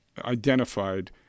identified